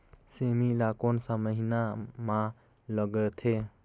सेमी ला कोन सा महीन मां लगथे?